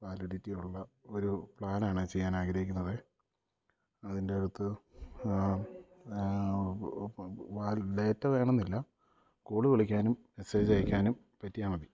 വാലിഡിറ്റിയുള്ള ഒരു പ്ലാനാണ് ചെയ്യാൻ ആഗ്രഹിക്കുന്നത് അതിൻ്റെ അടുത്ത് ഡേറ്റ വേണം എന്നില്ല കോള് വിളിക്കാനും മെസ്സേജ് അയക്കാനും പറ്റിയാൽ മതി